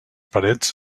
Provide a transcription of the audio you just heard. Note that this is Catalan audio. parets